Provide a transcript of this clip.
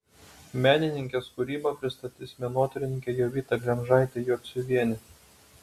menininkės kūrybą pristatys menotyrininkė jovita glemžaitė jociuvienė